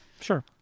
Sure